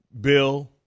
Bill